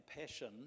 passion